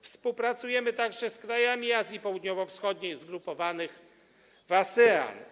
Współpracujemy także z krajami Azji Południowo-Wschodniej zgrupowanymi w ASEAN.